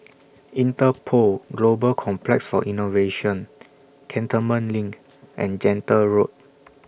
Interpol Global Complex For Innovation Cantonment LINK and Gentle Road